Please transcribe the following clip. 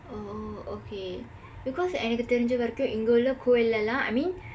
oh okay because எனக்கு தெரிஞ்ச வரைக்கும் இங்குள்ள கோயிலுள்ள எல்லாம்:enakku therinjsa varaikkum ingkulla kooyilulla ellaam I mean